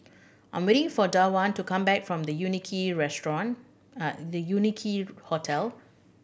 I'm waiting for Dawna to come back from The Quincy Restaurant The Quincy Hotel